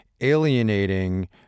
alienating